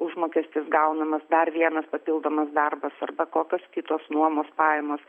užmokestis gaunamas dar vienas papildomas darbas arba kokios kitos nuomos pajamos